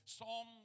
Psalm